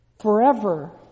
forever